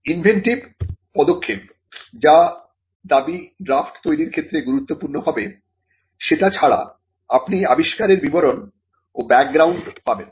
inventive পদক্ষেপ যা দাবি ড্রাফ্ট তৈরীর ক্ষেত্রে গুরুত্বপূর্ণ হবে সেটা ছাড়া আপনি আবিষ্কারের বিবরণ ও ব্যাকগ্রাউন্ড পাবেন